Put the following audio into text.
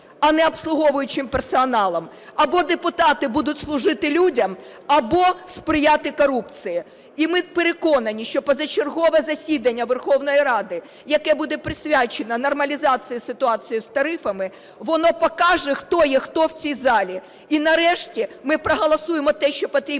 а не обслуговуючим персоналом, або депутати будуть служити людям, або сприяти корупції. І ми переконані, що позачергове засідання Верховної Ради, яке буде присвячене нормалізації ситуації з тарифами, воно покаже, хто є хто в цій залі. І нарешті ми проголосуємо те, що потрібно